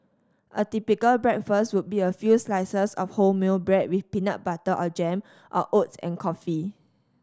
a typical breakfast would be a few slices of wholemeal bread with peanut butter or jam or oats and coffee